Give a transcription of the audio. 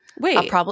Wait